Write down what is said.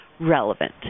relevant